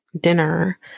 dinner